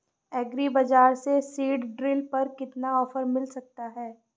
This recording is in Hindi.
एग्री बाजार से सीडड्रिल पर कितना ऑफर मिल सकता है?